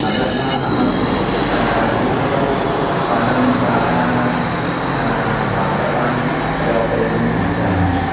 अतः अहं पुष्पं फलं शाकानां पादपान् आरोपयितुम् इच्छामि